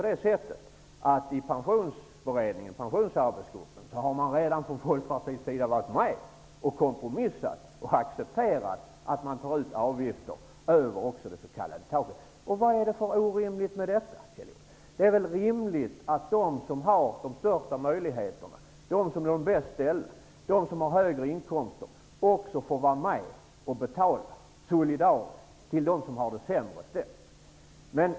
I pensionsarbetsgruppen har man från Folkpartiets sida redan varit med om att kompromissa. Man har accepterat att man även tar ut avgifter över det s.k. taket. Vari ligger det orimliga, Kjell Johansson? Det är väl rimligt att de som har de största möjligheterna, de som är de bäst ställda och de som har högre inkomster också får vara med och betala solidariskt till dem som har det sämre ställt?